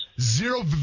Zero